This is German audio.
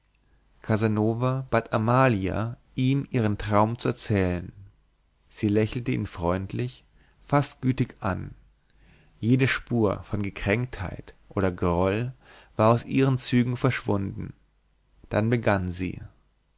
casanova bat amalia ihm ihren traum zu erzählen sie lächelte ihn freundlich fast gütig an jede spur von gekränktheit oder groll war aus ihren zügen verschwunden dann begann sie